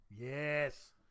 Yes